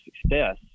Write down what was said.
success